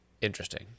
Interesting